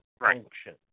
function